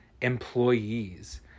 employees